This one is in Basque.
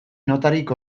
notarik